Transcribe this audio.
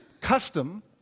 custom